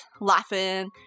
laughing